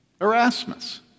Erasmus